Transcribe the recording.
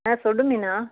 ஆ சொல்லு மீனா